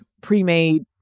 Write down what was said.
pre-made